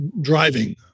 driving